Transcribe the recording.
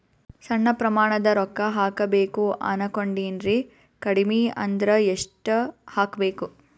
ಸಣ್ಣ ಪ್ರಮಾಣದ ರೊಕ್ಕ ಹಾಕಬೇಕು ಅನಕೊಂಡಿನ್ರಿ ಕಡಿಮಿ ಅಂದ್ರ ಎಷ್ಟ ಹಾಕಬೇಕು?